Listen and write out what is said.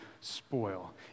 spoil